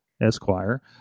Esquire